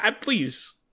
please